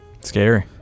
scary